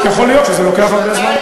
יכול להיות שזה לוקח הרבה זמן.